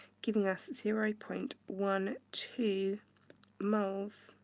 giving us zero point one two moles